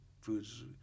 foods